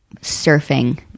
surfing